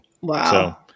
Wow